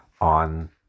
on